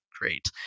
Great